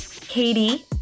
Katie